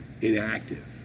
inactive